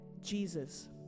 Jesus